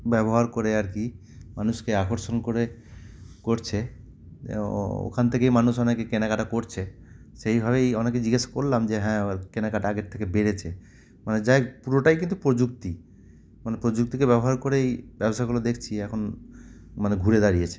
ব্যবহার করে আর কি মানুষকে আকর্ষণ করে করছে ওখান থেকেই মানুষ অনেকে কেনাকাটা করছে সেইভাবেই অনেকে জিজ্ঞেস করলাম যে হ্যাঁ এবার কেনাকাটা আগের থেকে বেড়েছে মানে যাই হোক পুরোটাই কিন্তু প্রযুক্তি মানে প্রযুক্তিকে ব্যবহার করেই ব্যবসাগুলো দেখছি এখন মানে ঘুরে দাঁড়িয়েছে